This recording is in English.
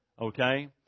Okay